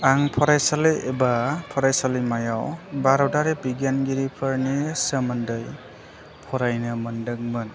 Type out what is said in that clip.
आं फरायसालि एबा फरायसालिमायाव भारतारि बिगियानगिरिफोरनि सोमोन्दै फरायनो मोनदोंमोन